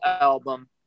album